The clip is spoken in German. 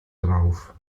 drauf